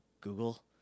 Google